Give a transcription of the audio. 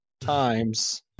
times